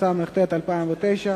התשס"ט 2009,